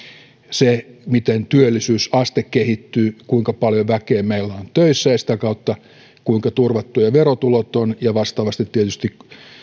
se miten työllisyysaste kehittyy kuinka paljon väkeä meillä on töissä ja sitä kautta se kuinka turvattuja verotulot ovat ja vastaavasti tietysti se